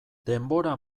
denbora